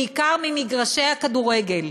בעיקר ממגרשי הכדורגל.